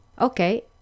Okay